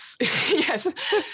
yes